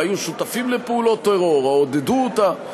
והיו שותפים לפעולות טרור או עודדו אותן,